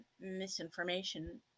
misinformation